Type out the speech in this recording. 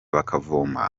bakavoma